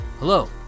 Hello